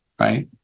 right